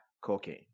cocaine